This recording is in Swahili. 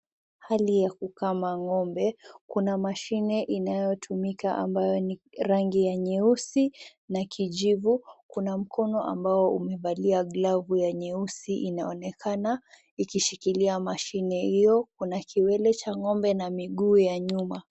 Hali ya kukama ng'ombe. Kuna mashini inayotumika, ambayo ni rangi ya nyeusi na kijivu, bkuna mkono ambao umevalia glavu ya nyeusi inaonekana ikishikilia mashini hiyo, kuna kiwele cha ngombe na miguu ya nyuma.